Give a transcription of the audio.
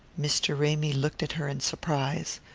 mr. ramy looked at her in surprise.